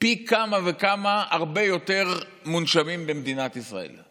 פי כמה וכמה, הרבה יותר מונשמים במדינת ישראל.